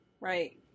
Right